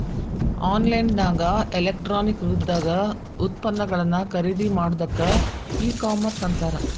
on line ನ್ಯಾಗ electronic ರೂಪ್ದಾಗ್ ಉತ್ಪನ್ನಗಳನ್ನ ಖರಿದಿಮಾಡೊದಕ್ಕ ಇ ಕಾಮರ್ಸ್ ಅಂತಾರ